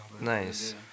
Nice